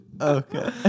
Okay